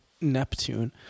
Neptune